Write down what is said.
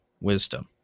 wisdom